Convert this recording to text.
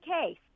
case